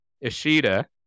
Ishida